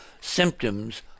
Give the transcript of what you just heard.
symptoms